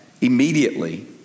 immediately